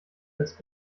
als